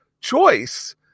choice